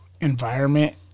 environment